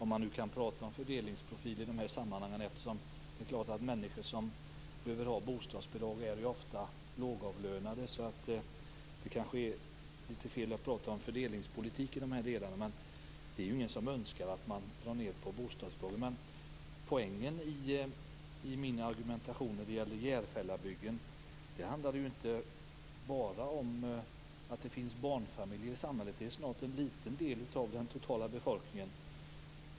Människor som behöver bostadsbidrag är ju ofta lågavlönade, så det kanske är fel att prata om fördelningspolitik i de här delarna. Men det är självklart ingen som önskar att man drar ned på bostadsbidragen. Poängen i min argumentation när det gäller Järfällabygden handlar inte bara om att det finns barnfamiljer i samhället. Det är snart en liten del av den totala befolkningen.